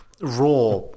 raw